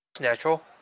Natural